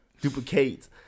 Duplicate